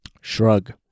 Shrug